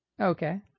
Okay